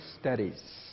studies